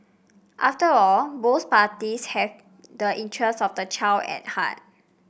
after all both parties have the interests of the child at heart